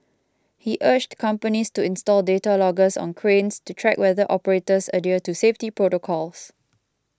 he urged companies to install data loggers on cranes to track whether operators adhere to safety protocols